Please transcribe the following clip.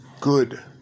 good